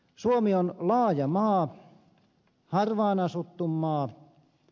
suomi on laaja maa harvaanasuttu maa